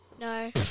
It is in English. No